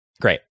Great